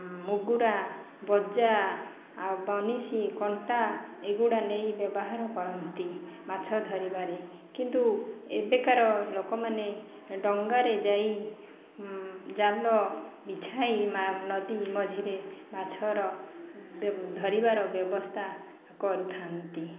ମୁଗୁରା ବଜା ଆଉ ବନିଶି କଣ୍ଟା ଏଗୁଡ଼ା ନେଇ ବ୍ୟବହାର କରନ୍ତି ମାଛ ଧରିବାରେ କିନ୍ତୁ ଏବେକାର ଲୋକମନେ ଡଙ୍ଗାରେ ଯାଇ ଜାଲ ବିଛାଇ ନଦୀ ମଝିରେ ଯାଇ ମାଛ ଧରିବାର ବ୍ୟବସ୍ଥା କରୁଥାନ୍ତି